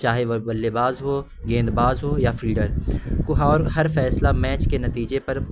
چاہے وہ بلے باز ہو گیند باز ہو یا فیلڈر کو اور ہر فیصلہ میچ کے نتیجے پر